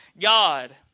God